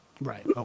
right